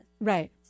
Right